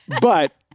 But-